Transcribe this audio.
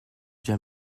vient